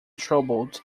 troubled